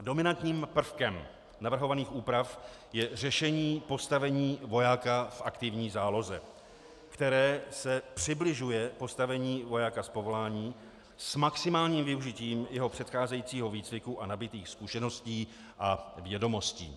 Dominantním prvkem navrhovaných úprav je řešení postavení vojáka v aktivní záloze, které se přibližuje postavení vojáka z povolání s maximálním využitím jeho předcházejícího výcviku a nabytých zkušeností a vědomostí.